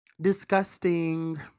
disgusting